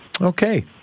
Okay